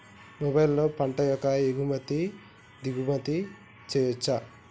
మొబైల్లో పంట యొక్క ఎగుమతి దిగుమతి చెయ్యచ్చా?